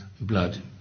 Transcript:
blood